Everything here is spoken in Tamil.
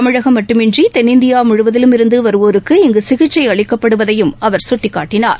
தமிழகம் மட்டுமின்றி தென்னிந்தியா இருந்து வருவோருக்கு இங்கு சிகிச்சை முழுவதும் அளிக்கப்படுவதையும் அவர் சுட்டிக்காட்டினார்